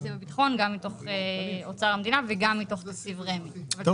תקציב הביטחון וגם מתוך אוצר המדינה וגם מתוך תקציב רשות מקרקעי ישראל.